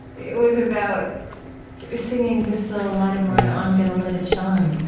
it was about singing, this little light of mine, i'm gonna let it shine.